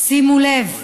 שימו לב: